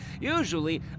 Usually